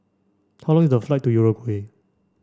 how long is the flight to Uruguay